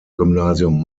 gymnasium